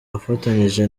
afatanyije